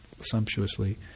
sumptuously